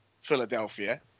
Philadelphia